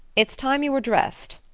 it's time you were dressed,